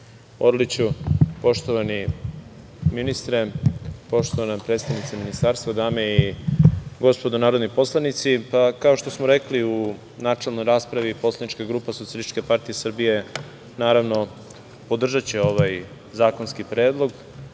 Orliću. Poštovani ministre, poštovana predstavnice Ministarstva, dame i gospodo narodni poslanici, kao što smo rekli u načelnoj raspravi, Poslanička grupa SPS, naravno, podržaće ovaj zakonski predlog,